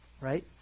right